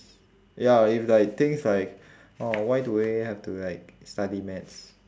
ya if like things like oh why do we have to like study maths